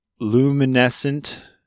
luminescent